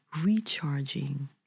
recharging